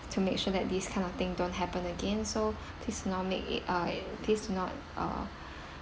to make sure that these kind of thing don't happen again so please do not make it uh please do not uh